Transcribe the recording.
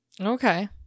Okay